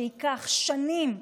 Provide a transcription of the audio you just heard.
שייקח שנים,